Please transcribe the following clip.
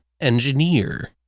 engineer